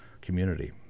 community